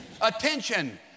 Attention